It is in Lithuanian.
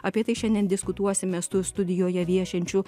apie tai šiandien diskutuosime su studijoje viešinčiu